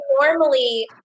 normally